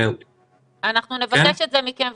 אנחנו נבקש את זה מכם,